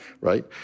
right